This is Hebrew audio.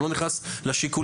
ואני לא נכנס לשיקולים.